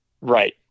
Right